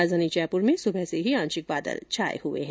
राजधानी जयपुर में भी आज सुबह से ही आंशिक बादल छाये हुए हैं